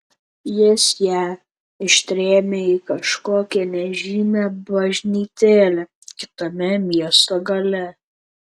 jis ją ištrėmė į kažkokią nežymią bažnytėlę kitame miesto gale